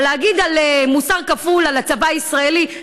אבל להגיד "מוסר כפול" על הצבא הישראלי?